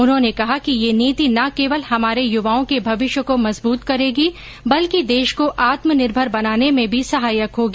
उन्होंने कहा कि यह नीति न केवल हमारे यूवाओं के भविष्य को मजबूत करेगी बल्कि देश को आत्मनिर्भर बनाने में भी सहायक होगी